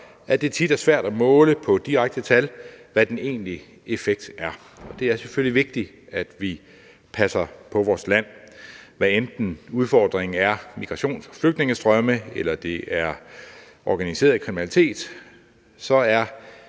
at det tit er svært at måle på direkte tal, hvad den egentlige effekt er; og at det selvfølgelig er vigtigt, at vi passer på vores land, og hvad enten udfordringen er migrations- og flygtningestrømme eller organiseret kriminalitet, er